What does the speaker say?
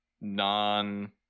non